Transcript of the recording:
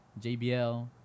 JBL